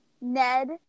Ned